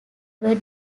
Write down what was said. were